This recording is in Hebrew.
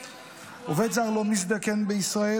עובד זר לא מזדקן בישראל.